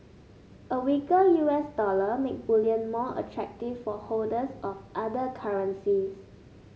a weaker U S dollar make bullion more attractive for holders of other currencies